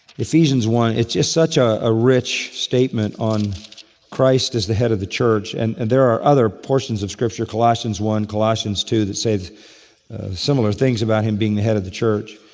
ephesians one, it's such a rich statement on christ is the head of the church, and and there are other portions of scripture, colossians one, colossians two that said similar things about him being the head of the church.